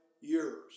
years